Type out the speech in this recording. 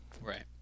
right